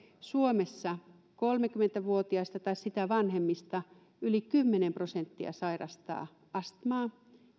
suomessa kolmekymmentä vuotiaista tai sitä vanhemmista yli kymmenen prosenttia sairastaa astmaa